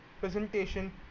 presentation